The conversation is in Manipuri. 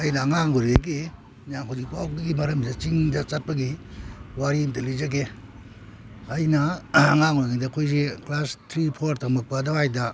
ꯑꯩꯅ ꯑꯉꯥꯡ ꯑꯣꯏꯔꯤꯉꯩꯒꯤ ꯍꯧꯖꯤꯛ ꯐꯥꯎꯕꯒꯤ ꯃꯔꯝꯁꯤꯗ ꯆꯤꯡꯗ ꯆꯠꯄꯒꯤ ꯋꯥꯔꯤ ꯑꯝꯇ ꯂꯤꯖꯒꯦ ꯑꯩꯅ ꯑꯉꯥꯡ ꯑꯣꯏꯔꯤꯉꯩꯗ ꯑꯩꯈꯣꯏꯁꯤ ꯀ꯭ꯂꯥꯁ ꯊ꯭ꯔꯤ ꯐꯣꯔ ꯇꯝꯂꯛꯄ ꯑꯗꯨꯋꯥꯏꯗ